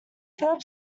philip